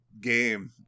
game